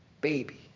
baby